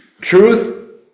Truth